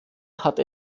hat